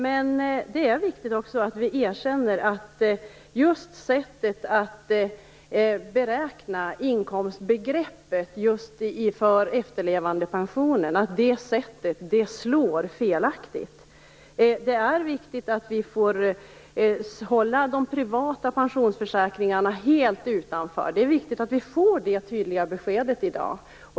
Men det är viktigt att vi också erkänner att just sättet att beräkna inkomsten för efterlevandepensionen slår fel. Det är viktigt att vi får hålla de privata pensionsförsäkringarna helt utanför. Det är viktigt att vi får det tydliga beskedet i dag.